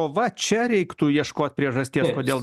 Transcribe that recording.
va čia reiktų ieškoti priežasties kodėl